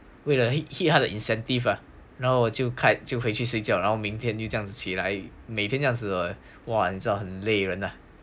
为了他的 incentive ah 我就 cut 就回去睡觉然后明天就这样子起来每天样子晚上很累人的